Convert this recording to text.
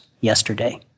yesterday